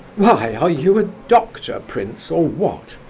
why, are you a doctor, prince, or what?